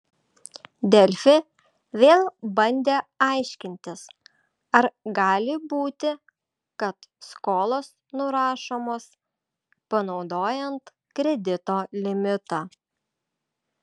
delfi vėl bandė aiškintis ar gali būti kad skolos nurašomos panaudojant kredito limitą